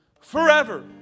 forever